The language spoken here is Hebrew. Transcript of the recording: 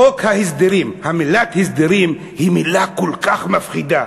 חוק ההסדרים, המילה הסדרים היא מילה כל כך מפחידה.